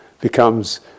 becomes